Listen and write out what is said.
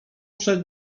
przed